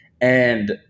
And-